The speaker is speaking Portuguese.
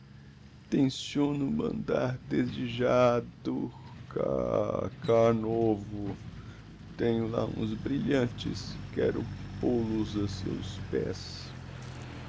tenciono mandar desde já a dur kha khanovo tenho lá uns brilhantes quero pôl os a seus pés